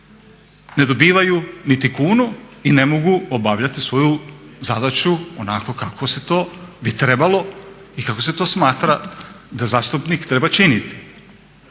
ne dobivaju niti kunu i ne mogu obavljati svoju zadaću onako kako bi se to trebalo i kako se to smatra da zastupnik treba činiti.